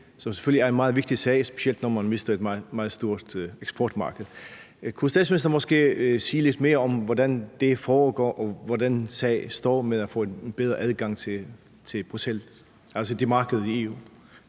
er selvfølgelig en meget vigtig sag, specielt når man mister et meget stort eksportmarked. Kunne statsministeren måske sige lidt mere om, hvordan det foregår, og hvor den sag med at få bedre adgang til markedet i EU